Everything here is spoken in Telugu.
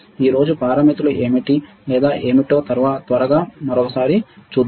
ఈ రోజు పారామితులు ఏమిటి లేదా ఏమిటో త్వరగా మరోసారి చూద్దాం